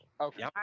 Okay